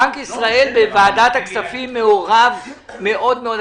בנק ישראל בוועדת הכספים מעורב מאוד מאוד.